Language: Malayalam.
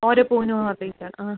ഓരോ പൂവിനും ഓരോ റേറ്റാ ആ